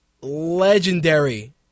legendary